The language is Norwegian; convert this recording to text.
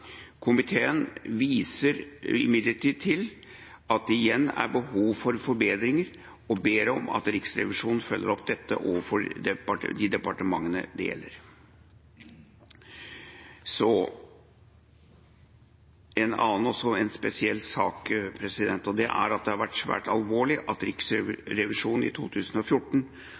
Komiteen viser imidlertid til at det igjen er behov for forbedringer og ber om at Riksrevisjonen følger opp dette overfor de departementene det gjelder. Så til en annen spesiell sak. Det er svært alvorlig at Riksrevisjonen i 2014 har avdekket at kravene om permanente sikkerhetstiltak rundt departementsbygningene ennå ikke er oppfylt i